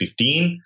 2015